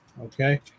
Okay